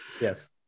Yes